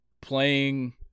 playing